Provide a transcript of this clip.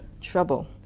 trouble